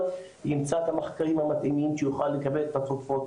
ימצא את המחקרים המתאימים שיוכל לקבל את התרופות.